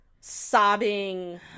sobbing